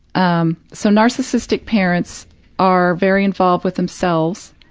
um so, narcissistic parents are very involved with themselves,